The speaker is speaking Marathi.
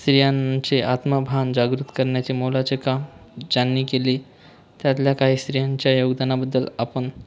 स्त्रियांचे आत्मभान जागृत करण्याचे मोलाचे काम ज्यांनी केले त्यातल्या काही स्त्रियांच्या योगदानाबद्दल आपण